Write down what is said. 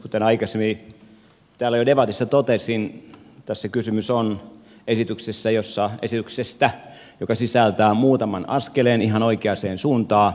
kuten aikaisemmin täällä jo debatissa totesin tässä kysymys on esityksestä joka sisältää muutaman askeleen ihan oikeaan suuntaan